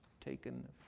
taken